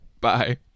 Bye